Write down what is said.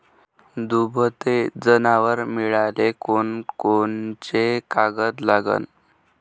दुभते जनावरं मिळाले कोनकोनचे कागद लागन?